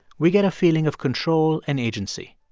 we get a feeling of control and agency.